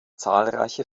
zahlreiche